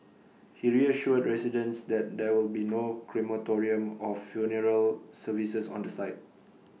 he reassured residents that there will be no crematorium or funeral services on the site